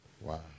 Wow